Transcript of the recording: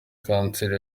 kanseri